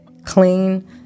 clean